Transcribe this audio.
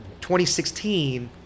2016